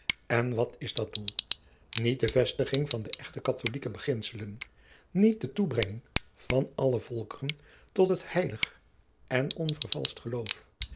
en wat is dat doel niet de vestiging van de echt katholijke beginselen niet de toebrenging van alle volkeren tot het heilig en onvervalscht geloof